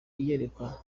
iyerekwa